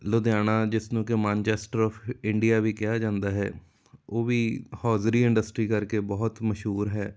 ਲੁਧਿਆਣਾ ਜਿਸ ਨੂੰ ਕਿ ਮਾਨਚੈਸਟਰ ਔਫ ਇੰਡੀਆ ਵੀ ਕਿਹਾ ਜਾਂਦਾ ਹੈ ਉਹ ਵੀ ਹੌਜ਼ਰੀ ਇੰਡਸਟਰੀ ਕਰਕੇ ਬਹੁਤ ਮਸ਼ਹੂਰ ਹੈ